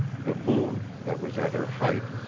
the moon, that was at her height,